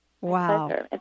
Wow